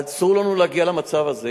אסור לנו להגיע למצב הזה,